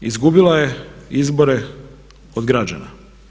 Izgubila je izbore od građana.